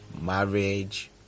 marriage